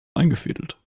eingefädelt